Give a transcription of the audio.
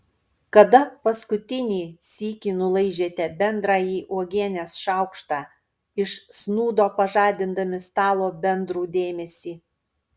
kada paskutinį sykį nulaižėte bendrąjį uogienės šaukštą iš snūdo pažadindami stalo bendrų dėmesį